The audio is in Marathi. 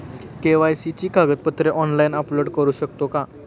के.वाय.सी ची कागदपत्रे ऑनलाइन अपलोड करू शकतो का?